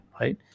right